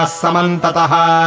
samantataha